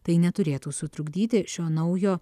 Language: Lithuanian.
tai neturėtų sutrukdyti šio naujo